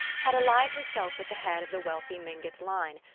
had allied herself with the head of the wealthy mingott line,